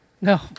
No